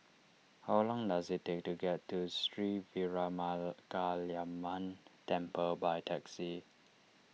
how long does it take to get to Sri Veeramakaliamman Temple by taxi